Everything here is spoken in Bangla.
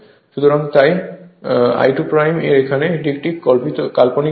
সুতরাং তাই I2 এর এখানে এটি একটি কাল্পনিক অংশ